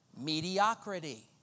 mediocrity